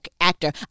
Actor